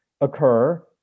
occur